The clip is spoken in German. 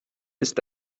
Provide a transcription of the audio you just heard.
ist